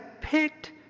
picked